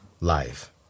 life